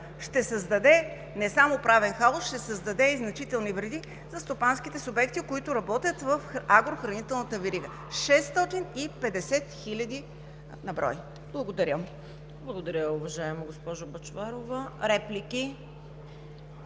ще създаде не само правен хаос, ще създаде и значителни вреди за стопанските субекти, които работят в агрохранителната верига – 650 хиляди на брой! ПРЕДСЕДАТЕЛ ЦВЕТА КАРАЯНЧЕВА: Благодаря, уважаема госпожо Бъчварова. Реплики?